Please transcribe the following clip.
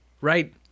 right